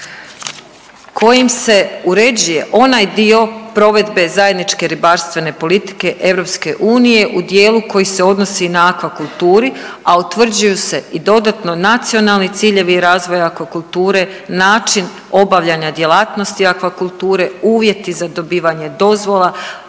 kojim se uređuje onaj dio provedbe zajedničke redarstvene politike EU u dijelu koji se odnosi na akvakulturi, a utvrđuju se i dodatno nacionalni ciljevi razvoja akvakulture, način obavljanja djelatnosti akvakulture, uvjeti za dobivanje dozvola,